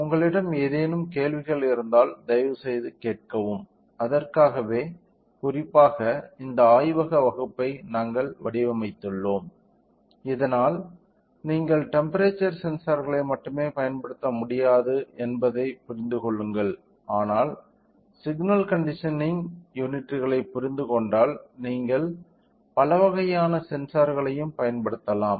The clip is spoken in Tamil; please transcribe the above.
உங்களிடம் ஏதேனும் கேள்விகள் இருந்தால் தயவுசெய்து கேட்கவும் அதற்காகவே குறிப்பாக இந்த ஆய்வக வகுப்பை நாங்கள் வடிவமைத்துள்ளோம் இதனால் நீங்கள் டெம்ப்பெரேச்சர் சென்சார்களைப் மட்டுமே பயன்படுத்த முடியாது என்பதை புரிந்துகொள்ளுங்கள் ஆனால் சிக்னல் கண்டிஷனிங் யூனிட்களைப் புரிந்துகொண்டால் நீங்கள் பல வகையான சென்சார்களையும் பயன்படுத்தலாம்